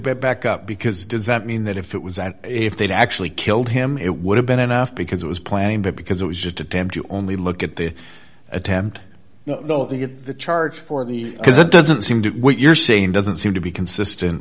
back up because does that mean that if it was at a if they'd actually killed him it would have been enough because it was planning that because it was just attempt to only look at their attempt though they get the charge for the because it doesn't seem to be what you're saying doesn't seem to be consistent